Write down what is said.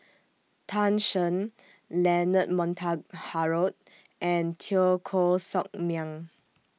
Tan Shen Leonard Montague Harrod and Teo Koh Sock Miang